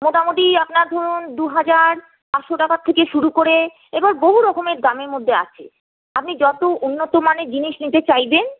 মোটামোটি আপনার ধরুন দু হাজার পাঁচশো টাকা থেকে শুরু করে এবার বহু রকমের দামের মধ্যে আছে আপনি যত উন্নত মানের জিনিস নিতে চাইবেন